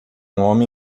homem